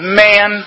man